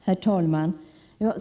Herr talman!